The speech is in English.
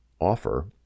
offer